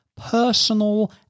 personal